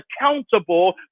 accountable